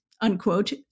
unquote